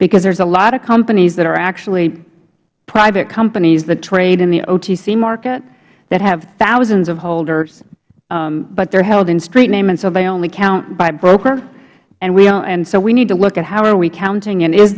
because there's a lot of companies that are actually private companies that trade in the otc markets that have thousands of holders but they are held in street name and so they only count by broker and so we need to look at how are we counting